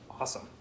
Awesome